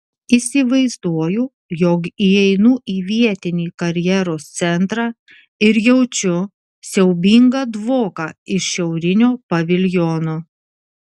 įsivaizduoju jog įeinu į vietinį karjeros centrą ir jaučiu siaubingą dvoką iš šiaurinio paviljono